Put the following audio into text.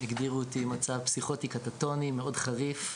הגדירו אותי כמצב פסיכוטי קטטוני מאוד חריף.